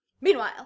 Meanwhile